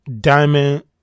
Diamond